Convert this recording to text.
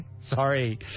Sorry